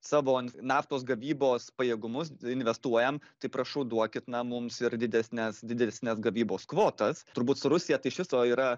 savo naftos gavybos pajėgumus investuojam tai prašau duokit mums ir didesnes didesnes gavybos kvotas turbūt su rusija tai iš viso yra